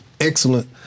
excellent